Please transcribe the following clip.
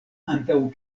antaŭ